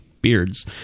Beards